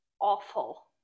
Awful